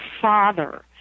father